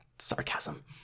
Sarcasm